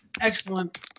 excellent